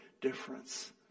difference